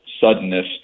suddenness